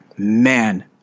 Man